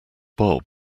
bob